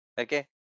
okay